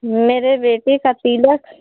मेरे बेटे का तिलक है